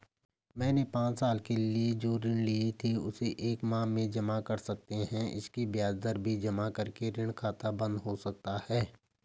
मैंने पांच साल के लिए जो ऋण लिए थे उसे एक माह में जमा कर सकते हैं इसकी ब्याज दर भी जमा करके ऋण खाता बन्द हो सकता है?